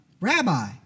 Rabbi